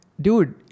dude